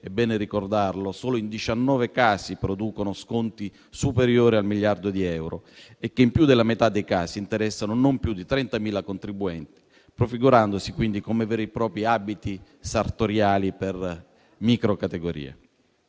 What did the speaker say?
è bene ricordarlo - solo in 19 casi producono sconti superiori al miliardo di euro e che in più della metà dei casi interessano non più di 30.000 contribuenti, prefigurandosi quindi come veri e propri abiti sartoriali per microcategorie.